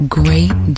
great